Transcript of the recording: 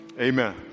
amen